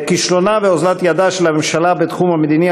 כישלונה ואוזלת ידה של הממשלה בתחום המדיני,